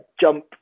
jump